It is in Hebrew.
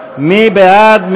מי בעד?